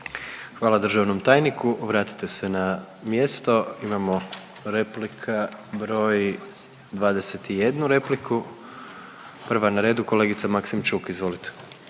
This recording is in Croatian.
Hvala državnom tajniku, vratite se na mjesto. Imamo replika broj, 21 repliku. Prva na redu, kolegica Maksimčuk, izvolite.